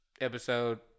episode